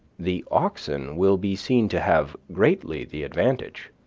the oxen will be seen to have greatly the advantage,